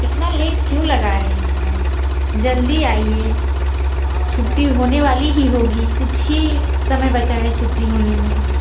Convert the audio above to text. इतना लेट क्यों लगा रहे हैं जल्दी आइए छुट्टी होने वाली ही होगी कुछ ही समय बचा है छुट्टी होने में